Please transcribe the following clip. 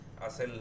hace